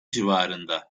civarında